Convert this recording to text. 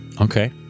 Okay